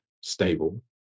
stable